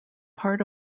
part